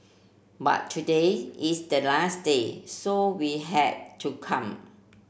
but today is the last day so we had to come